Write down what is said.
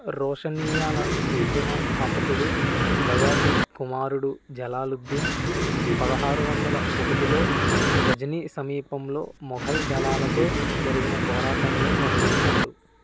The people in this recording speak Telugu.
రోషనియ్యా ఉద్యమ స్థాపకుడు బయాజిద్ కుమారుడు జలాలుద్దీన్ పదహారు వందల ఒకటిలో గజనీ సమీపంలో మొఘల్ దళాలతో జరిగిన పోరాటంలో మరణించాడు